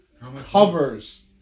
hovers